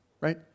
right